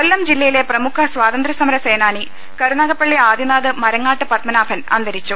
കൊല്ലം ജില്ലയിലെ പ്രമുഖ സ്വാതന്ത്യ സമരസേനാനി കരുനാഗപ്പള്ളി ആദിനാട് മരങ്ങാട്ട് പത്മനാഭൻ അന്തരിച്ചു